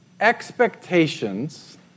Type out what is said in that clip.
Expectations